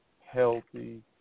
healthy